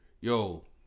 Yo